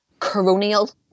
coronial